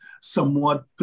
somewhat